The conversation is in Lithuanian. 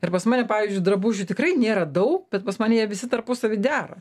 ir pas mane pavyzdžiui drabužių tikrai nėra daug bet pas mane jie visi tarpusavy dera